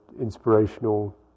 inspirational